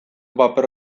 paper